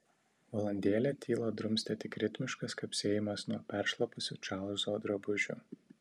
valandėlę tylą drumstė tik ritmiškas kapsėjimas nuo peršlapusių čarlzo drabužių